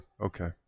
Okay